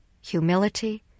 Humility